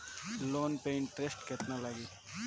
Loan पे interest केतना लागी?